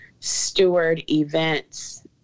stewardevents